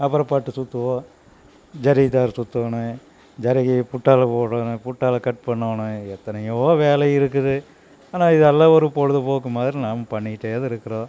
அப்பறம் பட்டு சுற்றுவோம் ஜரிதார் சுற்றணும் ஜரிகை குட்டாவில போடணும் குட்டாவில கட் பண்ணணும் எத்தனையோ வேலை இருக்குது ஆனால் இதெல்லாம் ஒரு பொழுது போக்கு மாதிரி நாம் பண்ணிக்கிட்டே தான் இருக்கிறோம்